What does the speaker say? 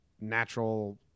natural